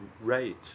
rate